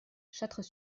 châtres